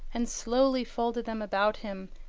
and slowly folded them about him,